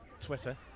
Twitter